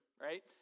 right